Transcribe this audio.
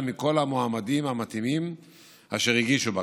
מכל המועמדים המתאימים אשר הגישו בקשה.